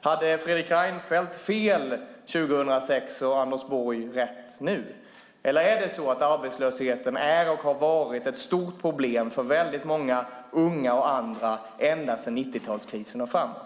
Hade Fredrik Reinfeldt fel 2006 och Anders Borg rätt nu? Eller är det så att arbetslösheten är och har varit ett stort problem för väldigt många unga och andra ända sedan 90-talskrisen och framåt?